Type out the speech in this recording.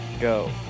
go